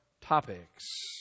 topics